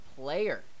player